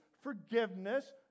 forgiveness